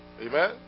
Amen